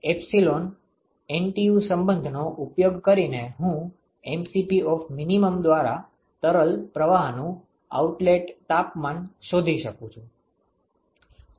તેથી epsilon NTU સંબંધનો ઉપયોગ કરીને હું mCp દ્વારા તરલ પ્રવાહનું આઉટલેટ તાપમાન શોધી શકું છુ